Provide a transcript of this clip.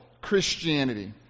Christianity